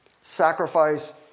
sacrifice